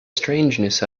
strangeness